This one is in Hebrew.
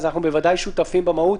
אנחנו בוודאי שותפים במהות,